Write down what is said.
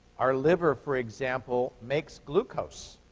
our liver, for example, makes glucose.